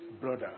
brother